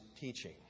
teaching